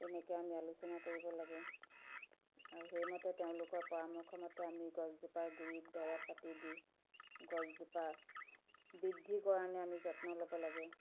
তেনেকৈ আমি আলোচনা কৰিব লাগে আৰু সেইমতে তেওঁলোকৰ পৰামৰ্শ মতে আমি গছজোপাৰ গুড়িত দৰৱ পাতি দি গছজোপা বৃদ্ধি কৰাৰ কাৰণে আমি যত্ন ল'ব লাগে